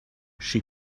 she